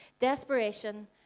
desperation